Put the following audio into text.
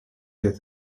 yet